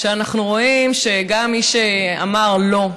שאנחנו רואים שגם מי שאמר "לא"